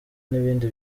n’ibindi